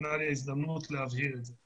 שניתנה לי ההזדמנות להבהיר את זה.